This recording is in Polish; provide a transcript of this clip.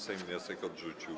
Sejm wniosek odrzucił.